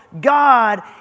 God